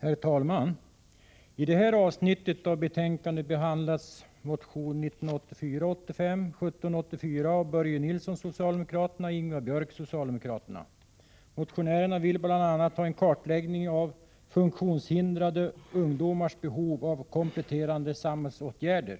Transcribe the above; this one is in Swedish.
Herr talman! I det avsnitt av betänkandet som jag skall beröra behandlas bl.a. den socialdemokratiska motionen 1984/85:1784 av Börje Nilsson och Ingvar Björk. Motionärerna vill bl.a. ha en kartläggning av funktionshindrade ungdomars behov av kompletterande samhällsåtgärder.